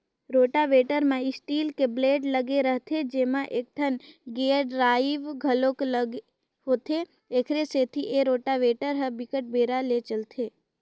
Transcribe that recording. rotavator म steel के blade लगे रहिथे जेमा एकठन गेयर ड्राइव घलोक लगे होथे, एखरे सेती ए रोटावेटर ह बिकट बेरा ले चलथे